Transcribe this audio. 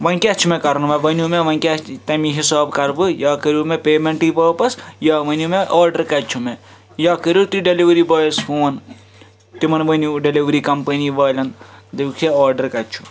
وۄنۍ کیٛاہ چھِ مےٚ کَرُن وۄنۍ ؤنِو مےٚ وَنہِ کیٛاہ تَمی حِساب کَرٕ بہٕ یا کٔرِو مےٚ پیمٮ۪نٛٹٕے واپَس یا ؤنِو مےٚ آرڈَر کَتہِ چھُ مےٚ یا کٔرِو تُہۍ ڈیٚلِؤری بایَس فون تِمَن ؤنِو ڈیٚلِؤری کَمپٔنی والٮ۪ن دَپُکھ ہے آرڈَر کَتہِ چھُ